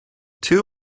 two